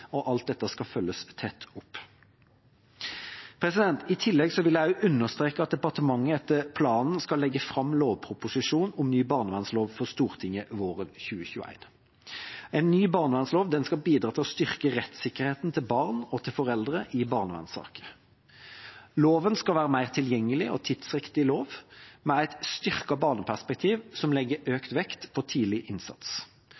og helsesituasjon. Alt dette skal følges tett opp. I tillegg vil jeg understreke at departementet etter planen skal legge fram lovproposisjon om ny barnevernslov for Stortinget våren 2021. En ny barnevernslov skal bidra til å styrke rettssikkerheten til barn og foreldre i barnevernssaker. Loven skal være en mer tilgjengelig og tidsriktig lov, med et styrket barneperspektiv som legger